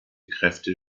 kräfte